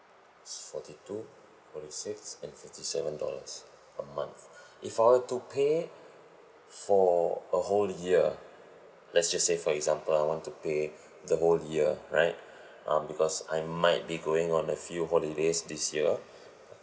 forty two forty six and fifty seven dollars a month if I will to pay for a whole year let's just say for example I want to pay the whole year right um because I might be going on a few holidays this year